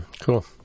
Cool